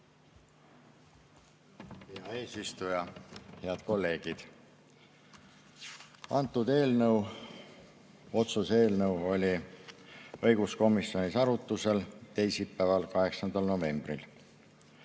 Hea eesistuja! Head kolleegid! Antud otsuse eelnõu oli õiguskomisjonis arutlusel teisipäeval, 8. novembril.